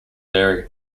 vary